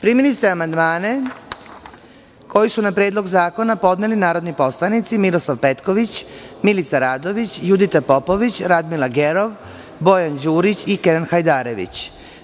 Primili ste amandmane koje su na Predlog zakona podneli narodni poslanici: Miroslav Petković, Milica Radović, Judita Popović, Radmila Gerov, Bojan Đurić i Kenan Hajdarević.